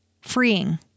Freeing